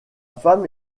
femme